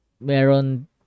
Meron